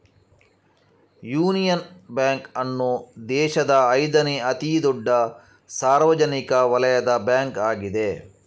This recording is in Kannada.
ಯೂನಿಯನ್ ಬ್ಯಾಂಕ್ ಅನ್ನು ದೇಶದ ಐದನೇ ಅತಿ ದೊಡ್ಡ ಸಾರ್ವಜನಿಕ ವಲಯದ ಬ್ಯಾಂಕ್ ಆಗಿದೆ